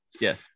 Yes